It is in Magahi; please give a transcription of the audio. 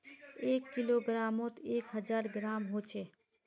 एक किलोग्रमोत एक हजार ग्राम होचे